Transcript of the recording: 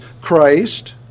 Christ